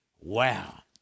Wow